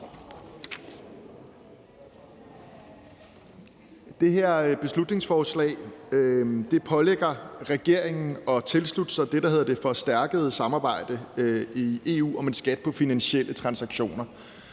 Det her beslutningsforslag pålægger regeringen at tilslutte sig det, der hedder det forstærkede samarbejde i EU om en skat på finansielle transaktioner.